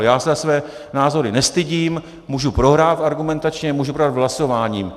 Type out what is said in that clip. Já se za své názory nestydím, můžu prohrát argumentačně, můžu prohrát v hlasování.